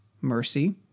mercy